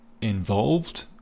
involved